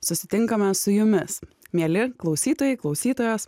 susitinkame su jumis mieli klausytojai klausytojos